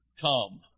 come